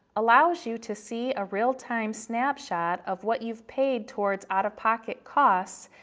allows you to see a real time snapshot of what you've paid towards out-of-pocket costs,